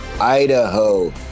Idaho